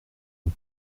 une